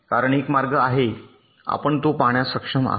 कारण एक मार्ग आहे आपण तो पाहण्यास सक्षम आहात